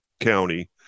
County